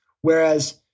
whereas